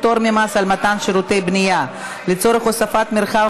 פטור ממס על מתן שירותי בנייה לצורך הוספת מרחב